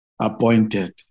appointed